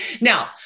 Now